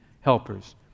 helpers